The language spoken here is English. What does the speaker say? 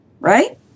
Right